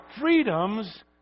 freedoms